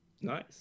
nice